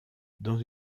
dans